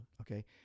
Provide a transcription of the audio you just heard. Okay